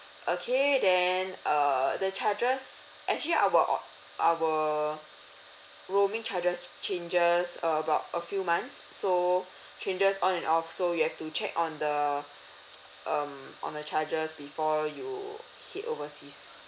okay then err the charges actually our o~ our roaming charges changes about a few months so changes on and off so you have to check on the um on the charges before you head overseas